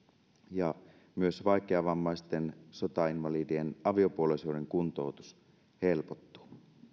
ja myös vaikeavammaisten sotainvalidien aviopuolisoiden kuntoutus helpottuu